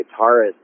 guitarist